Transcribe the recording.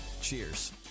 Cheers